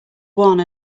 one